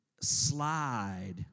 slide